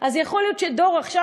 אז יכול להיות שהדור של עכשיו,